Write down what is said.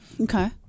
Okay